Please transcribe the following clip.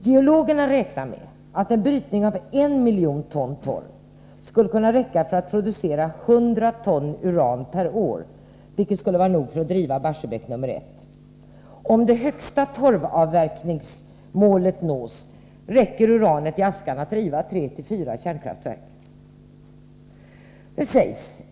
Geologerna räknar med att brytning av 1 miljon ton torv skulle kunna räcka för att producera 100 ton uran per år. Det skulle vara tillräckligt för att driva Barsebäck 1. Om det högsta torvavverkningsmålet nås, räcker uranet i askan till att driva tre fyra kärnkraftverk.